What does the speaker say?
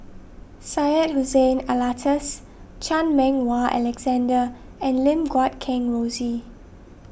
Syed Hussein Alatas Chan Meng Wah Alexander and Lim Guat Kheng Rosie